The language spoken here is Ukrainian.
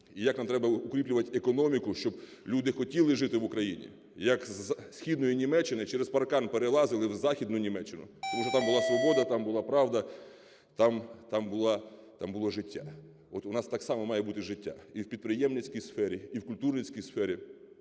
і як нам треба укріплювати економіку, щоб люди хотіли жити в Україні. Як зі Східної Німеччини через паркан перелазили в Західну Німеччину, тому що там була свобода, там була правда, там була, там було життя. От у нас так само має бути життя і в підприємницькій сфері, і в культурницькій сфері.